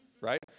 right